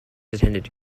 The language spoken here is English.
attended